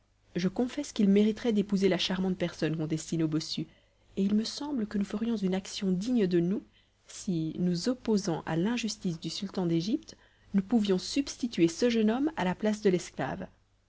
je confesse qu'il mériterait d'épouser la charmante personne qu'on destine au bossu et il me semble que nous ferions une action digne de nous si nous opposant à l'injustice du sultan d'égypte nous pouvions substituer ce jeune homme à la place de l'esclave